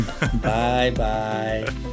Bye-bye